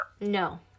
No